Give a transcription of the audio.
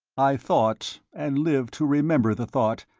i thought, and lived to remember the thought,